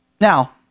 Now